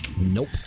nope